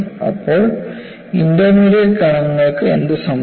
അപ്പോൾ ഇന്റർമീഡിയറ്റ് കണങ്ങൾക്ക് എന്ത് സംഭവിക്കും